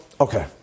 okay